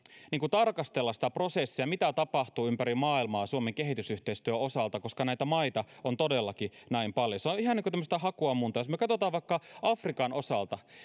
tarkastella sitä prosessia mitä tapahtuu ympäri maailmaa suomen kehitysyhteistyön osalta koska näitä maita on todellakin näin paljon se on ihan hakuammuntaa jos me me katsomme vaikka afrikan osalta